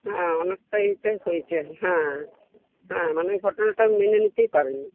হ্যাঁ অনেকটা এটাই হয়েছে আর হ্যাঁ হ্যাঁ মানে ঘটনাটা মেনে নিতেই পারিনি